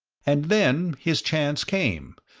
and then his chance came,